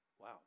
Wow